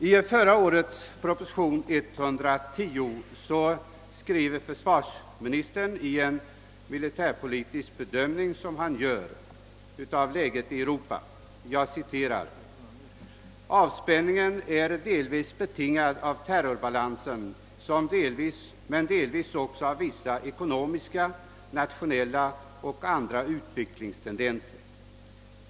I förra årets proposition nr 110 skrev försvarsministern i en militärpolitisk bedömning av läget i Europa: »Avspänningen är delvis betingad av terrorbaiansen men delvis också av vissa ekonomiska, nationella och andra utvecklingstendenser.